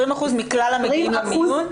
20% מכלל המקרים במיון?